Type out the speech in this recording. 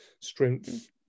strength